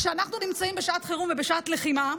כשאנחנו נמצאים בשעת חירום ובשעת לחימה,